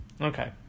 Okay